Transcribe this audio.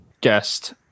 guest